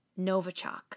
Novichok